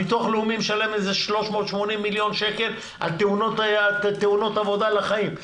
הביטוח הלאומי משלם איזה 380 מיליון שקל על תאונות עבודה לחיים.